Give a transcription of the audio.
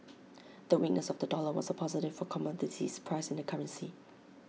the weakness of the dollar was A positive for commodities priced in the currency